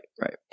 right